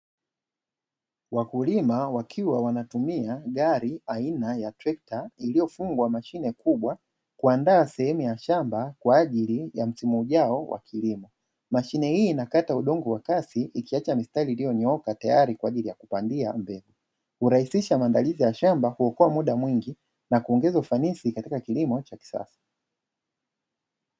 Wakulima wakiwa wanatumia gari aina ya trekta iliyofungwa mashine kubwa kuandaa sehemu ya shamba kwa ajili ya msimu ujao wa kilimo. Mashine hii inakata udongo kwa kasi ikiacha mistari iliyonyooka tayari kwa ajili ya kupandia mbegu. Hurahisisha maandalizi ya shamba, huokoa muda mwingi na kuongeza ufanisi katika kilimo cha kisasa.